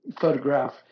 photograph